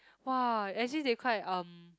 [wah] actually they quite um